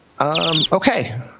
Okay